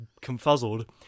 confuzzled